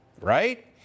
right